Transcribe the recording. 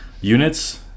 units